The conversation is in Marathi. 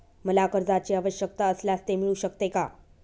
मला कर्जांची आवश्यकता असल्यास ते मिळू शकते का?